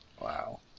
Wow